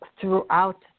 throughout